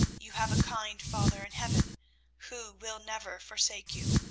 you have a kind father in heaven who will never forsake you,